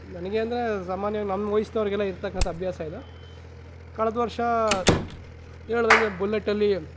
ನನಗೆ ಅಂದರೆ ಸಾಮಾನ್ಯವಾಗಿ ನನ್ನ ವೈಸ್ನವರಿಗೆ ಇರತಕ್ಕಂಥ ಅಭ್ಯಾಸ ಇದು ಕಳೆದ ವರ್ಷ ಹೇಳ್ದಂಗೆ ಬುಲೆಟಲ್ಲಿ